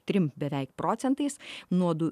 trim beveik procentais nuo du